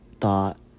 thought